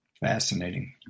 Fascinating